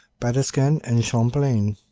batiscan, and champlain.